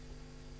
וכדומה.